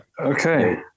Okay